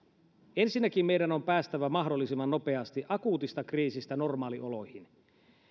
ensinnäkin meidän on päästävä mahdollisimman nopeasti akuutista kriisistä normaalioloihin